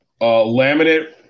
laminate